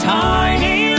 tiny